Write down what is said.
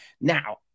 Now